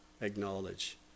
acknowledge